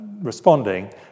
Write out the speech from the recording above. responding